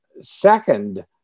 Second